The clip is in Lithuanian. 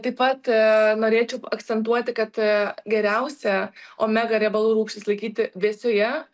taip pat norėčiau akcentuoti kad geriausia omega riebalų rūgštis laikyti vėsioje